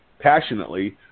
passionately